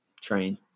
train